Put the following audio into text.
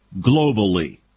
globally